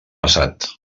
passat